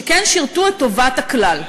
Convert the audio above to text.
שכן שירתו את טובת הכלל.